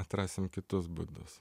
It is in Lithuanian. atrasim kitus būdus